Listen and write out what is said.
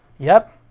yep,